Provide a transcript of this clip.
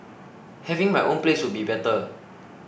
having my own place would be better